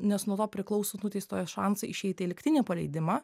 nes nuo to priklauso nuteistojo šansai išeiti į lygtinį paleidimą